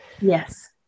Yes